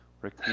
Rick